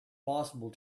possible